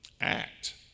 act